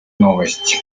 новость